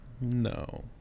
No